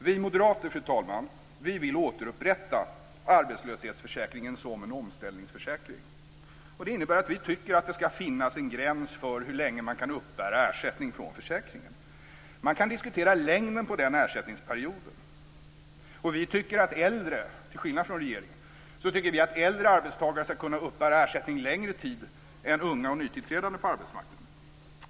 Vi moderater, fru talman, vill återupprätta arbetslöshetsförsäkringen som en omställningsförsäkring. Det innebär att vi tycker att det ska finnas en gräns för hur länge man kan uppbära ersättning från försäkringen. Man kan diskutera längden på den ersättningsperioden. Till skillnad från regeringen tycker vi att äldre arbetstagare ska kunna uppbära ersättning längre tid än unga och nytillträdande på arbetsmarknaden.